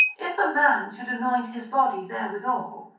if a man should anoint his body therewithal,